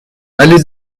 allée